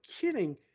kidding